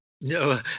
No